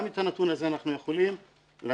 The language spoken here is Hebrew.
גם את הנתון הזה אנחנו יכולים לדעת.